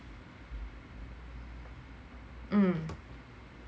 mm